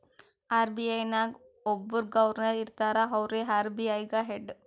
RBI ನಾಗ್ ಒಬ್ಬುರ್ governor ಇರ್ತಾರ ಅವ್ರೇ ಆರ್.ಬಿ.ಐ ಗ ಹೆಡ್